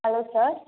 hello sir